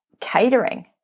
catering